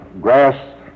grass